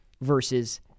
versus